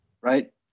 right